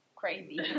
crazy